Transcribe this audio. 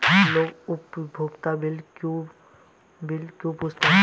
लोग उपयोगिता बिल क्यों पूछते हैं?